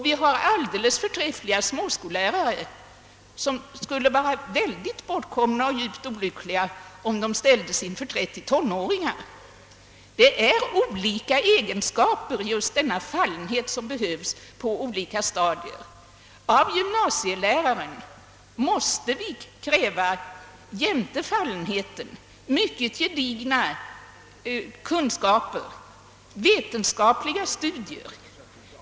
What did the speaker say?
Vi har alldeles förträffliga småskollärare som skulle vara totalt bortkomna och djupt olyckliga om de ställdes inför 30 tonåringar. Olika egenskaper och fallenhet behövs på olika stadier i undervisningen. Av gymnasieläraren måste vi kräva, förutom fallenhet, mycket gedigna kunskaper som fordrar vetenskapliga studier.